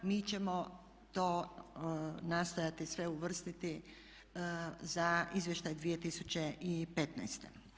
Mi ćemo to nastojati sve uvrstiti za izvještaj 2015.